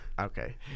okay